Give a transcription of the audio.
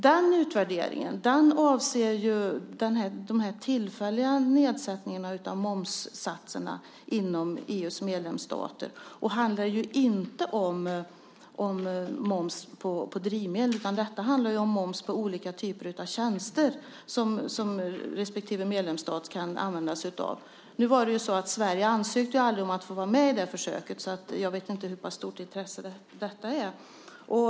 Den utvärderingen avser ju de tillfälliga nedsättningarna av momssatserna inom EU:s medlemsstater och handlar inte om moms på drivmedel. Det handlar om moms på olika typer av tjänster som respektive medlemsstat kan använda sig av. Nu var det så att Sverige aldrig ansökte om att få vara med i det försöket, så jag vet inte hur pass stort intresse det är för detta.